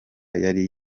yari